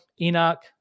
Enoch